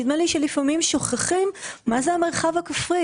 נדמה לי שלפעמים שוכחים מה זה המרחב הכפרי.